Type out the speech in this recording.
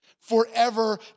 forever